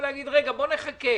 צריכים לחכות?